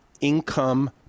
income